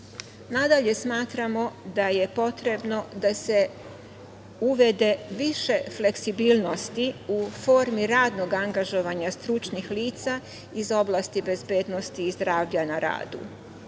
smatramo da je potrebno da se uvede više fleksibilnosti u formi radnog angažovanja stručnih lica iz oblasti bezbednosti i zdravlja na